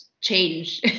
change